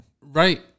right